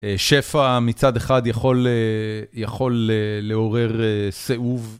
שפע מצד אחד יכול לעורר סיאוב.